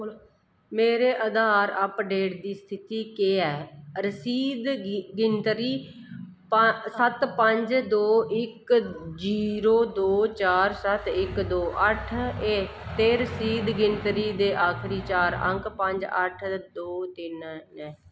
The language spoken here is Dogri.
मेरे अधार अपडेट दी स्थिति केह् ऐ रसीद गिनतरी सत्त पंज दो इक जीरो दो चार सत्त इक दो अट्ठ ऐ ते रसीद गिनतरी दे आखरी चार अंक पंज अट्ठ दो तिन्न न